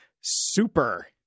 Super